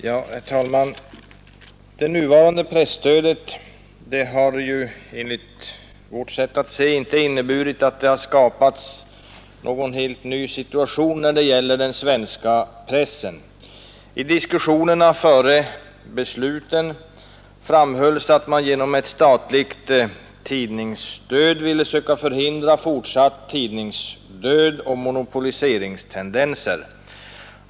Herr talman! Det nuvarande presstödet har enligt vårt sätt att se inte inneburit att någon ny situation skapats för den svenska pressen. I diskussionerna före besluten framhölls att man genom ett statligt tidningsstöd ville försöka förhindra fortsatt tidningsdöd och monopoliseringstendenser.